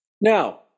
Now